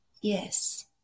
Yes